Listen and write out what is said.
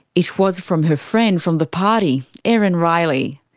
it was from her friend from the party, erin riley.